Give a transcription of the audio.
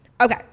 Okay